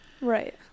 Right